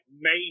main